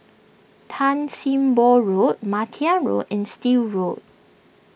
Tan Sim Boh Road Martia Road and Still Road